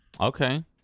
okay